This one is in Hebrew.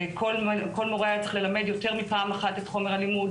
כל מורה היה צריך ללמד יותר מפעם אחת את חומר הלימוד,